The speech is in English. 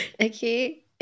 okay